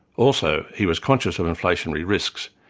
also he was conscious of inflationary risks,